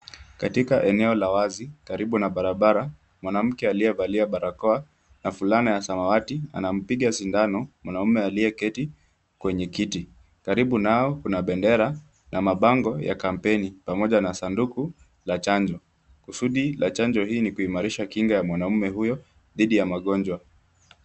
Katika eneo la wazi karibu na barabara, mwanamke aliyevalia barakoa na fulana ya samawati anampiga sindano mwanaume aliyeketi kwenye kiti. Karibu nao kuna bendera na mabango ya kampeni pamoja na sanduku la chanjo. Kusudi la chanjo hii ni kuimarisha kinga ya mwanaume huyo dhidhi ya magonjwa.